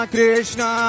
Krishna